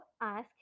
ask